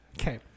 okay